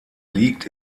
liegt